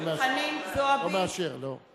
לא מאשר, לא.